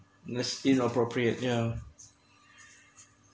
this inappropriate yeah